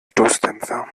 stoßdämpfer